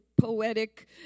poetic